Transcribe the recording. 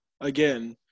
again